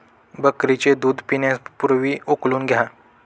बकरीचे दूध पिण्यापूर्वी उकळून घ्या